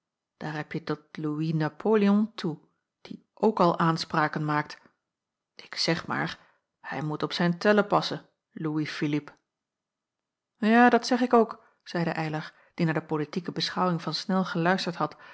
daar hebje tot louis napoleon toe die ook al aanspraken maakt ik zeg maar hij moet op zijn tellen passen louis philippe ja dat zeg ik ook zeide eylar die naar de politieke beschouwing van snel geluisterd had